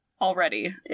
already